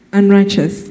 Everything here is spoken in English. unrighteous